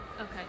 Okay